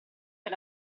per